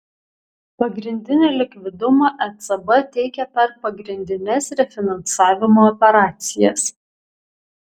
pagrindinį likvidumą ecb teikia per pagrindines refinansavimo operacijas